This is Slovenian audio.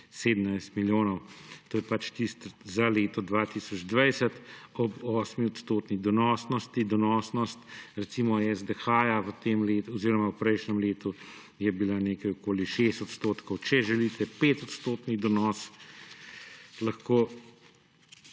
17 milijonov. To je pač tisto za leto 2020 ob 8-odstotni donosnosti. Donosnost, recimo, SDH je bila v tem letu oziroma v prejšnjem letu nekaj okoli 6 odstotkov. Če želite 5-odstotni donos lahko